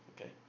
Okay